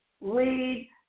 lead